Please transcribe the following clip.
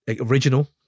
original